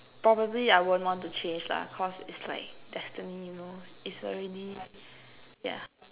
probably I won't want to change lah cause is like destiny you know it's already yeah